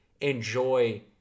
enjoy